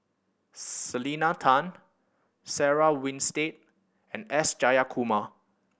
Selena Tan Sarah Winstedt and S Jayakumar